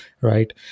right